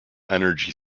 energy